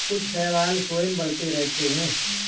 कुछ शैवाल स्वयं बढ़ते रहते हैं